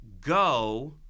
go